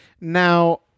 Now